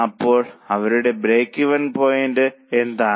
ഇപ്പോൾ അവരുടെ break even point എന്താണ്